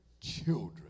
children